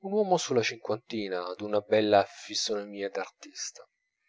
un uomo sulla cinquantina d'una bella fisonomia d'artista